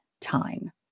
time